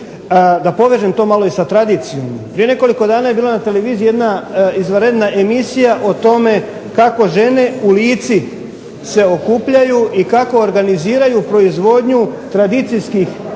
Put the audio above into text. da povežem to malo i sa tradicijom. Prije nekoliko dana je bila na televiziji jedna izvanredna emisija o tome kako žene u Lici se okupljaju i kako organiziraju proizvodnju tradicijskih elemenata